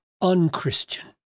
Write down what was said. unchristian